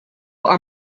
are